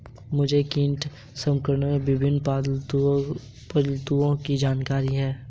मुझे कीट संक्रमण के विभिन्न पहलुओं की जानकारी है